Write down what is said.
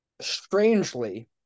Strangely